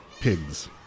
pigs